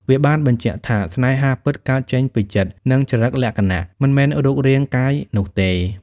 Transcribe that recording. វាបានបញ្ជាក់ថា ស្នេហាពិតកើតចេញពីចិត្ត និងចរិតលក្ខណៈ មិនមែនរូបរាងកាយនោះទេ។